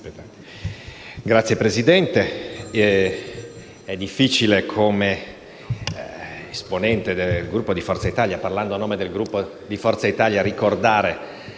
Grazie, presidente